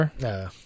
no